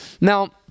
Now